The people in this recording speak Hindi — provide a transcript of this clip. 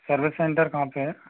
सर्विस सेन्टर कहाँ पर है